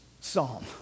psalm